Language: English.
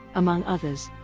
among others.